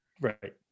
Right